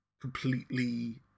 completely